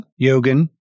Yogan